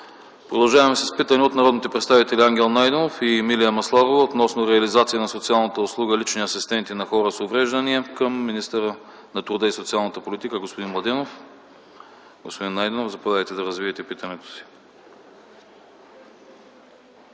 Продължаваме с питане от народните представители Ангел Найденов и Емилия Масларова относно реализация на социалната услуга „лични асистенти на хора с увреждания” към министъра на труда и социалната политика господин Младенов. Господин Найденов, заповядайте да развиете питането си.